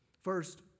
First